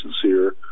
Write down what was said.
sincere